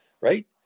Right